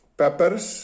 peppers